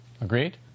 Agreed